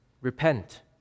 repent